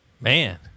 Man